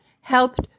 helped